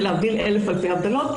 זה להבדיל אלף אלפי הבדלות,